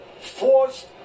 forced